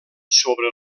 sobre